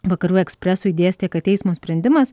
vakarų ekspresui dėstė kad teismo sprendimas